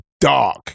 dark